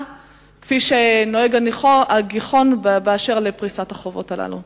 כפי שנוהג "הגיחון" בנוגע לפריסת החובות הללו,